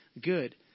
good